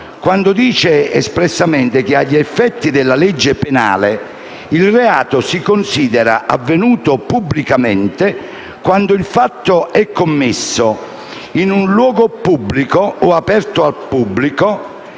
quando dice espressamente che, agli effetti della legge penale, il reato si considera avvenuto pubblicamente quando il fatto è commesso «in luogo pubblico o aperto al pubblico